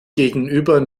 gegenüber